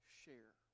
share